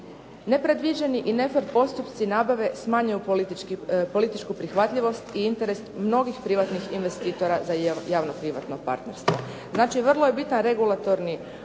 Nepredviđeni i ne-fer postupci nabave smanjuju političku prihvatljivost i interes mnogih privatnih investitora za javno-privatno partnerstvo. Znači, vrlo je bitan regulatorni okvir